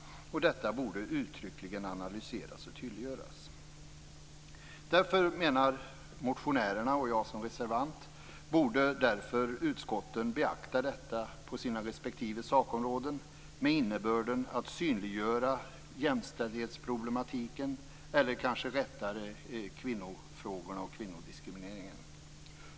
Detta borde uttryckligen analyseras och tydliggöras. Motionärerna och jag som reservant menar därför att utskotten borde beakta detta på sina respektive sakområden; med innebörden att synliggöra jämställdhetsproblematiken eller, vilket kanske är riktigare, kvinnofrågorna och kvinnodiskrimineringen.